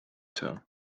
town